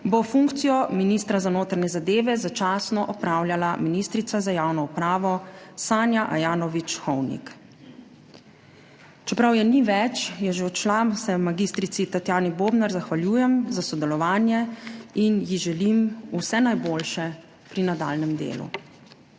bo funkcijo ministra za notranje zadeve začasno opravljala ministrica za javno upravo Sanja Ajanović Hovnik. Čeprav je ni več, je že odšla, se mag. Tatjani Bobnar zahvaljujem za sodelovanje in ji želim vse najboljše pri nadaljnjem delu.